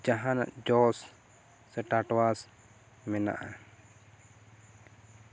ᱡᱟᱦᱟᱸᱱᱟᱜ ᱡᱚᱥ ᱥᱮ ᱴᱟᱴᱣᱟᱥ ᱢᱮᱱᱟᱜᱼᱟ